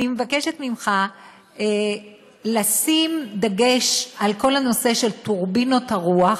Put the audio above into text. אני מבקשת ממך לשים דגש על כל הנושא של טורבינות הרוח,